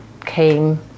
came